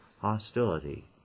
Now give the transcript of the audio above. hostility